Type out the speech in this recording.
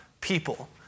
people